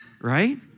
Right